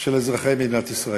של אזרחי מדינת ישראל.